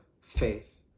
faith